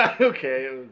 okay